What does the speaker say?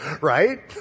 right